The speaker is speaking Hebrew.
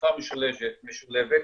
אכיפה משולבת,